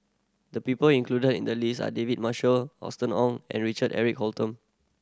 the people included in the list are David Marshall Austen Ong and Richard Eric Holttum